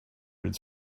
read